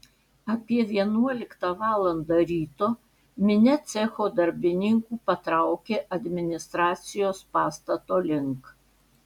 apie vienuoliktą valandą ryto minia cecho darbininkų patraukė administracijos pastato link